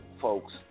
folks